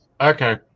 Okay